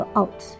out